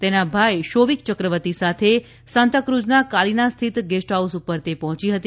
તેના ભાઈ શોવિક ચક્રવર્તી સાથે સાન્તાકુઝના કાલિના સ્થિત ગેસ્ટ હાઉસ પર તે પહોંચી હતી